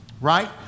Right